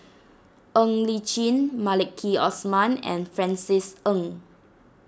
Ng Li Chin Maliki Osman and Francis Ng